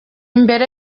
mbere